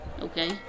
okay